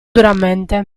duramente